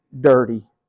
dirty